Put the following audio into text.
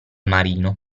marino